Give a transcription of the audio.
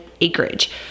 acreage